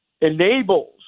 enables